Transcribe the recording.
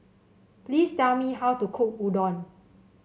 please tell me how to cook Udon